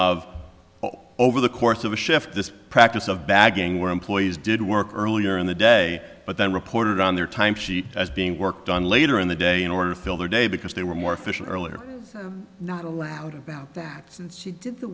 of over the course of a shift this practice of bagging where employees did work earlier in the day but then reported on their time sheet as being worked on later in the day in order to fill their day because they were more efficient earlier allowed about that she did the